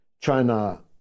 China